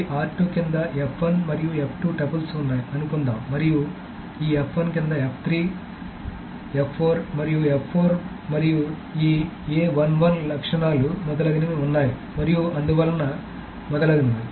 ఈ కింద మరియు టపుల్స్ ఉన్నాయి అనుకుందాం మరియుఈ కింద మరియు మరియు ఈ లక్షణాలు మొదలగునవి ఉన్నాయి మరియు అందువలన మొదలగునవి